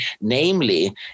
namely